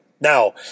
Now